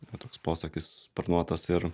va toks posakis sparnuotas ir